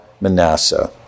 Manasseh